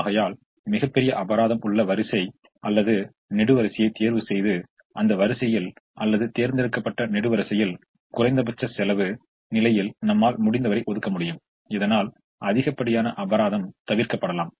ஆகையால் மிகப்பெரிய அபராதம் உள்ள வரிசை அல்லது நெடுவரிசையைத் தேர்வுசெய்து அந்த வரிசையில் அல்லது தேர்ந்தெடுக்கப்பட்ட நெடுவரிசையில் குறைந்தபட்ச செலவு நிலையில் நம்மால் முடிந்தவரை ஒதுக்க முடியும் இதனால் அதிகப்படியான அபராதம் தவிர்க்கப்படலாம்